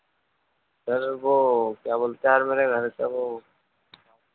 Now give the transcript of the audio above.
sir वो क्या बोलते यार मेरे घर का वो